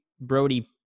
Brody